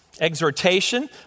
exhortation